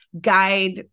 Guide